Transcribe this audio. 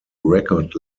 record